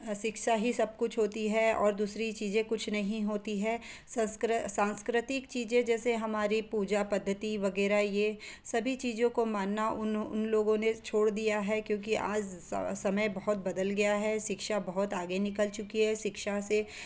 शिक्षा ही सब कुछ होती है और दूसरी चीज़ें कुछ नहीं होती हैं सस्क्र सांस्कृतिक चीज़ें जैसे हमारी पूजा पद्धति वगैरह ये सभी चीज़ों को मानना उन उन लोगों ने छोड़ दिया है क्योंकि आज समय बहुत बदल गया है शिक्षा बहुत आगे निकल चुकी है शिक्षा से